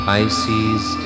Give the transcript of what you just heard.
Pisces